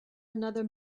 another